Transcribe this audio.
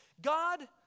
God